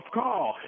call